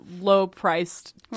low-priced